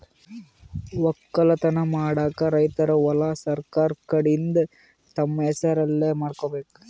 ವಕ್ಕಲತನ್ ಮಾಡಕ್ಕ್ ರೈತರ್ ಹೊಲಾ ಸರಕಾರ್ ಕಡೀನ್ದ್ ತಮ್ಮ್ ಹೆಸರಲೇ ಮಾಡ್ಕೋಬೇಕ್